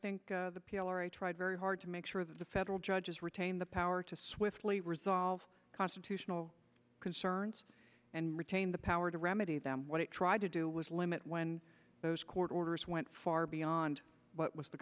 think the p r i tried very hard to make sure that the federal judges retain the power to swiftly resolve constitutional concerns and retain the power to remedy them what it tried to do was limit when those court orders went far beyond what was the